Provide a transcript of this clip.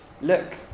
look